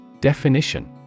Definition